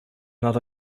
not